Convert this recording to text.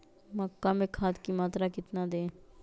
मक्का में खाद की मात्रा कितना दे?